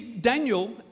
Daniel